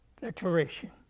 declaration